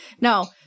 No